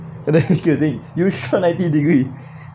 and then excusing you shoot ninety degree